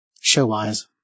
Show-wise